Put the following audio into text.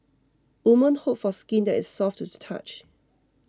women hope for skin that is soft to the touch